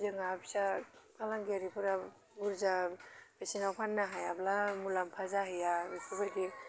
जोंहा फिसा फालांगियारिफोरा बुरजा बेसेनाव फाननो हायाब्ला मुलाम्फा जाहैया बेफोर बायदि